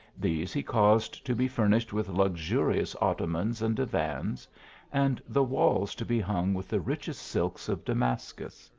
these he caused to be furnished with luxurious ottomans and divans and the walls to be hung with the richest silks of damascus.